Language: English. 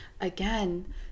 again